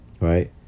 right